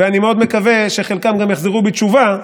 ואני מאוד מקווה שחלקם גם יחזרו בתשובה,